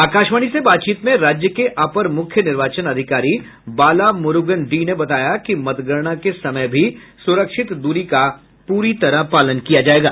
आकाशवाणी से बातचीत में राज्य के अपर मुख्य निर्वाचन अधिकारी बाला मुरूगन डी ने बताया कि मतगणना के समय भी सुरक्षित दूरी का पूरी तरह पालन किया जाएगा